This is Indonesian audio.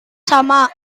sama